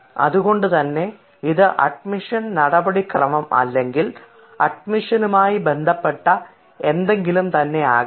അതുകൊണ്ടുതന്നെ ഇത് അഡ്മിഷൻ നടപടിക്രമം അല്ലെങ്കിൽ അഡ്മിഷനുമായി ബന്ധപ്പെട്ട എന്തെങ്കിലും തന്നെയാകാം